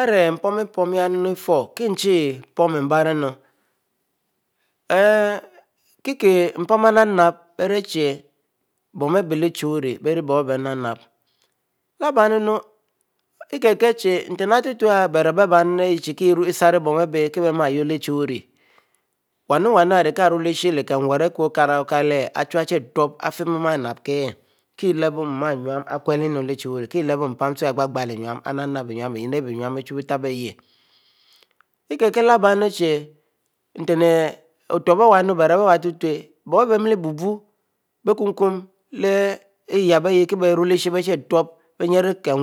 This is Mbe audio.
Arieh npn-pon ibieruo kieh-npon, kieh mpan arinap-nap, bon aribiechie wuri, bierie bon, arichie wuri bie rieh bon abieh nap-nap lehbiennue ikie kiehute, nten atutuleh ari kiee beiru, kieh sarri, bon aribeih mieh wuyurro leh-chiewuri yunnu-yunnu, arikieh mar lehkieh nwyri yunnu-yunnu arikieh arure leh kieh nwuri aku okara okieleh, achu aute arieh fieh mu inapieh kilechie mu iyueri akune lehchie wuyurri, kielebo ute mpan agnle-ghle enui bie yennu bie chietebieh akie-leh-bei nten otubo atutur bn aribie mieh bubuo biekum-kum, lehly ehbo, bienyrro, kie wuyurro akieh, kieh